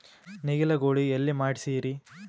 ನೇಗಿಲ ಗೂಳಿ ಎಲ್ಲಿ ಮಾಡಸೀರಿ?